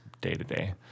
day-to-day